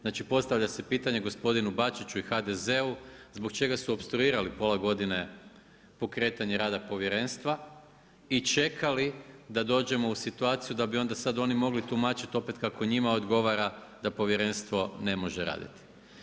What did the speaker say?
Znači postavlja se pitanje gospodinu Bačiću i HDZ-u zbog čega su opstruirali pola godine, pokretanje rada povjerenstva i čekali da dođemo u situaciju, da bi onda sad oni mogli tumačiti kako njima odgovora da povjerenstvo ne može raditi.